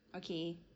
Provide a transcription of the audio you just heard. okay